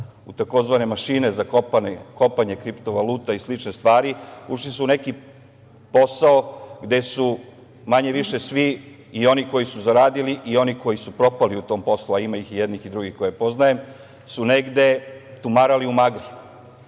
u tzv. mašine za kopanje kriptovaluta i slične stvari, ušli su u neki posao gde su, manje više, svi, i oni koji su zaradili i oni koji su propali tokom posla, ima i jednih i drugih koje poznajem, su negde tumarali u magli